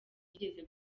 yigeze